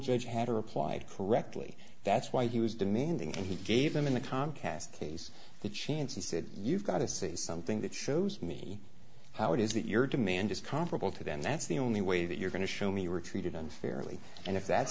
judge had to reply correctly that's why he was demanding and he gave them in the comcast case the chance he said you've got to say something that shows me how it is that your demand is comparable to that and that's the only way that you're going to show me you were treated unfairly and if that